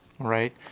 right